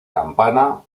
campana